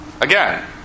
Again